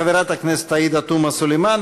חברת הכנסת עאידה תומא סלימאן,